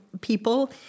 people